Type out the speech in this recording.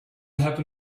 happen